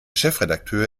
chefredakteur